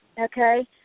okay